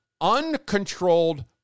uncontrolled